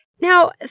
Now